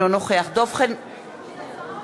נגד דב חנין,